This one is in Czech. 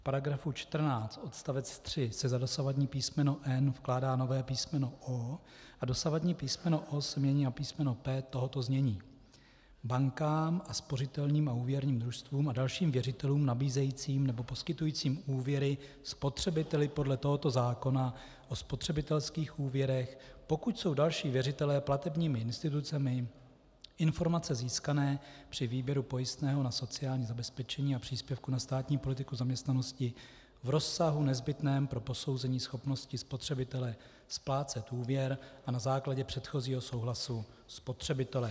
V § 14 odst. 3 se za dosavadní písmeno n) vkládá nové písmeno o) a dosavadní písmeno o) se mění na písmeno p) tohoto znění: bankám a spořitelním a úvěrním družstvům a dalším věřitelům nabízejícím nebo poskytujícím úvěry spotřebiteli podle tohoto zákona o spotřebitelských úvěrech, pokud jsou další věřitelé platebními institucemi, informace získané při výběru pojistného na sociální zabezpečení a příspěvku na státní politiku zaměstnanosti, v rozsahu nezbytném pro posouzení schopnosti spotřebitele splácet úvěr a na základě předchozího souhlasu spotřebitele.